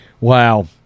Wow